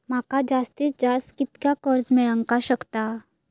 माका जास्तीत जास्त कितक्या कर्ज मेलाक शकता?